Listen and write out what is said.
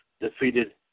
defeated